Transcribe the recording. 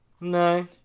No